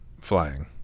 flying